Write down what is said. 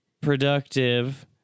productive